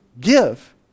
give